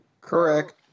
Correct